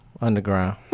underground